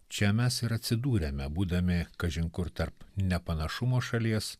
čia mes ir atsidūrėme būdami kažin kur tarp nepanašumo šalies